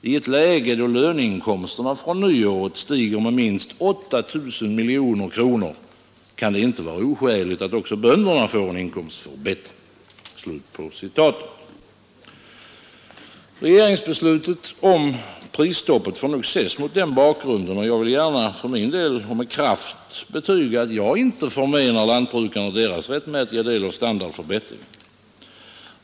I ett läge då löneinkomsterna från nyår stiger med minst 8 000 miljoner kronor kan det inte vara oskäligt att också bönderna får en inkomstförbättring.” Regeringsbeslutet om prisstopp får nog ses mot den bakgrunden, och jag vill gärna och med kraft betyga att jag inte förmenar lantbrukarna deras rättmätiga del av standardförbättringen.